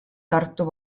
tartu